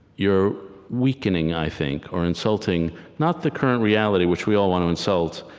you're weakening, i think, or insulting not the current reality which we all want to insult,